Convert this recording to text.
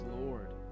Lord